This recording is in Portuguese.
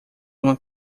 uma